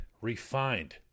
refined